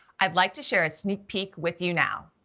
i'd like to share a sneak peek with you now.